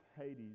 Hades